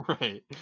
right